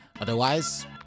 Otherwise